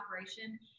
operation